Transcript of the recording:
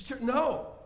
No